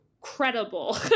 credible